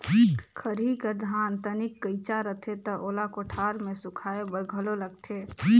खरही कर धान तनिक कइंचा रथे त ओला कोठार मे सुखाए बर घलो लगथे